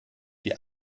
die